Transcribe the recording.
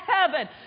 heaven